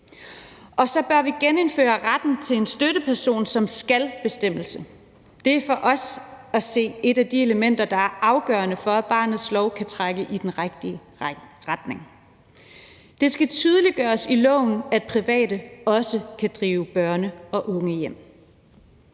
Og så bør vi genindføre retten til en støtteperson som en »skal«-bestemmelse. Det er for os at se et af de elementer, der er afgørende for, at barnets lov kan trække i den rigtige retning. Det skal tydeliggøres i lovforslaget, at private også kan drive børne- og ungehjem.